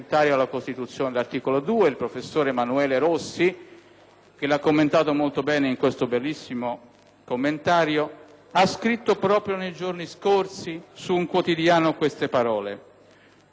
che l'ha commentato molto bene, ha scritto proprio nei giorni scorsi su un quotidiano queste parole: «(...) quando un ordinamento ha fatto proprio il principio della separazione dei poteri,